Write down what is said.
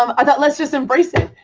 um i thought let's just embrace it.